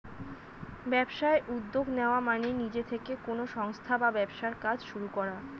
ব্যবসায় উদ্যোগ নেওয়া মানে নিজে থেকে কোনো সংস্থা বা ব্যবসার কাজ শুরু করা